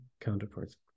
counterparts